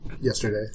yesterday